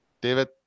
David